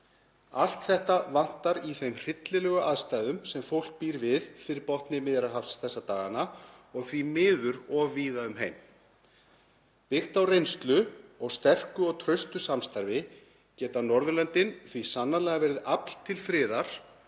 Allt þetta vantar í þeim hryllilegu aðstæðum sem fólk býr við fyrir botni Miðjarðarhafs þessa dagana og því miður of víða um heim. Byggt á reynslu og sterku og traustu samstarfi geta Norðurlöndin því sannarlega verið afl til friðar